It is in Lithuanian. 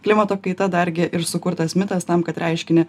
klimato kaita dargi ir sukurtas mitas tam kad reiškinį